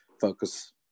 focus